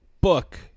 book